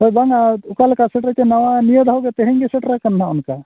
ᱦᱚᱭ ᱵᱟᱝᱟ ᱚᱠᱟ ᱞᱮᱠᱟ ᱥᱮᱴᱮᱨ ᱪᱮ ᱱᱟᱣᱟ ᱱᱤᱭᱟᱹ ᱫᱷᱟᱣ ᱛᱮᱦᱮᱧ ᱜᱮ ᱥᱮᱴᱮᱨ ᱠᱟᱱ ᱱᱚᱜᱼᱚᱸᱭ ᱱᱚᱠᱟ